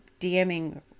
DMing